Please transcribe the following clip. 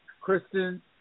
Kristen